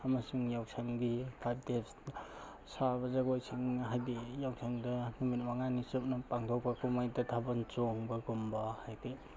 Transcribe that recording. ꯑꯃꯁꯨꯡ ꯌꯥꯎꯁꯪꯒꯤ ꯐꯥꯏꯚ ꯗꯦꯖꯇ ꯁꯥꯕ ꯖꯒꯣꯏꯁꯤꯡ ꯍꯥꯏꯕꯗꯤ ꯌꯥꯎꯁꯪꯗ ꯅꯨꯃꯤꯠ ꯃꯉꯥꯅꯤ ꯆꯨꯞꯅ ꯄꯥꯡꯊꯣꯛꯄ ꯀꯨꯝꯍꯩꯗ ꯊꯥꯕꯜ ꯆꯣꯡꯕꯒꯨꯝꯕ ꯍꯥꯏꯕꯗꯤ